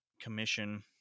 commission